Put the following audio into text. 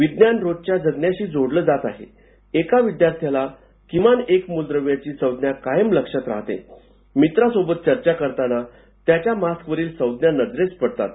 विज्ञान रोजच्या जगण्याशी जोडले जात आहे एका विद्यार्थ्याला किमान एक मूलद्रव्यांची सज्ञा कायम लक्षात राहते मित्रांसोबत चर्चा करताना त्यांच्या मास्कवरील संज्ञा नजरेस पडतात